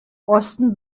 osten